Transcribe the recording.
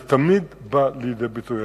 זה תמיד בא לידי ביטוי.